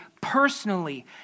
personally